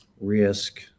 risk